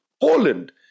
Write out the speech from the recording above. Poland